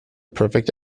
perfect